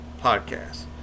Podcast